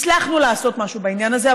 הצלחנו לעשות משהו בעניין הזה,